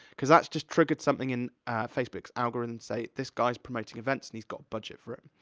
cause that's just triggered something in facebook's algorithms say, this guy's promoting events and he's got budget for it.